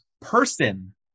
person